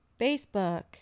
facebook